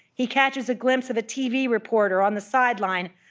he catches a glimpse of a tv reporter on the sideline,